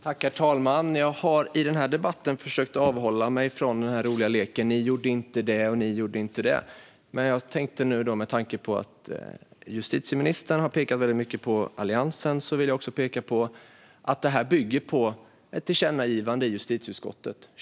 Herr talman! Jag har i den här debatten försökt avhålla mig från den roliga leken "ni gjorde inte det, och ni gjorde inte det". Men med tanke på att justitieministern har pekat mycket på Alliansen vill jag peka på att detta bygger på ett tillkännagivande i justitieutskottet.